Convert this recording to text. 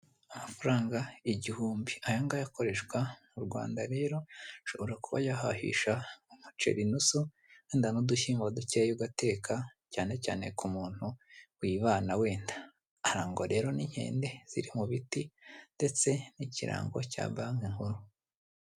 Amafaranga igihumbi aya ngaya akoreshwa mu Rwanda rero ashobora kuba yahahisha umuceri in imoso innda n'udushyiyingo dukeye ugateka cyane cyane ku muntu wibana wenda arangwa rero n'inkende ziri mu biti ndetse n'ikirango cya banki nkuru .